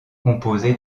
composé